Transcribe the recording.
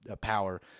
power